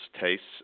tastes